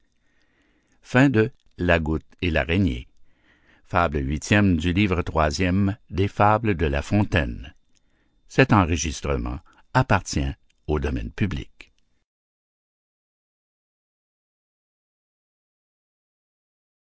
fables de la fontaine